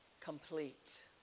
complete